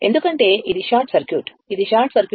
ఎందుకంటే ఇది short circuit ఇది షార్ట్ సర్క్యూట్